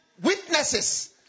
witnesses